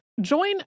Join